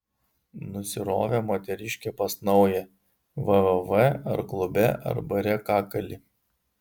nusirovė moteriškė pas naują www ar klube ar bare kakalį